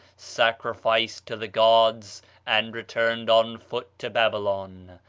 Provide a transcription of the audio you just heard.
sacrificed to the gods and returned on foot to babylon.